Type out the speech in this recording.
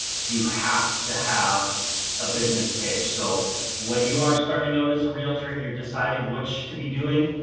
you have to have a business page. so when you are starting out as a realtor and you're deciding which to be doing,